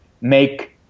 make